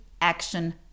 action